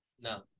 No